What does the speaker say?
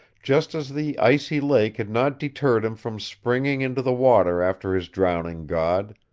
just as the icy lake had not deterred him from springing into the water after his drowning god,